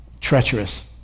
treacherous